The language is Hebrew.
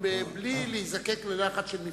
בלי להיזקק ללחץ של מפלגתו,